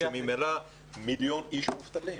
שממילא מיליון איש מובטלים?